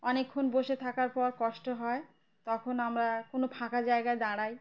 অনেকক্ষণ বসে থাকার পর কষ্ট হয় তখন আমরা কোনো ফাঁকা জায়গায় দাঁড়াই